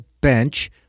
bench